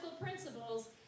principles